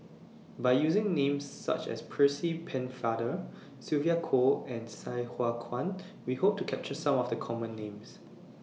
By using Names such as Percy Pennefather Sylvia Kho and Sai Hua Kuan We Hope to capture Some of The Common Names